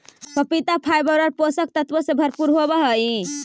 पपीता फाइबर और पोषक तत्वों से भरपूर होवअ हई